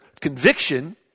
conviction